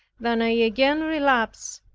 than i again relapsed,